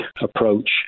approach